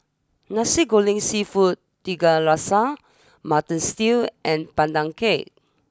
Nasi Goreng Seafood Tiga Rasa Mutton Stew and Pandan Cake